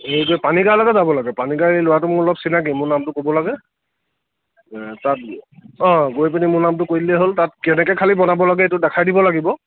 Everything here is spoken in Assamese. এইযে পানী গাঁৱলৈকে যাব লাগে পানী গাঁৱৰ এই ল'ৰাটো মোৰ অলপ চিনাকী মোৰ নামটো ক'ব লাগে তাত গৈ পিনি মোৰ নামটো কৈ দিলেই হ'ল তাত কেনেকে খালী বনাব লাগে সেইটো দেখাই দিব লাগিব